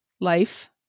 life